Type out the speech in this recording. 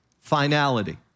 finality